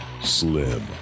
Slim